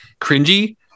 cringy